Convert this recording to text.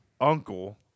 uncle